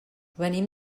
venim